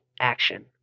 action